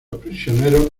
prisioneros